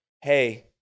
hey